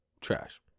trash